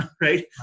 right